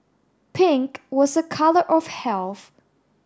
pink was a colour of health